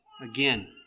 again